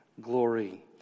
glory